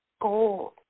gold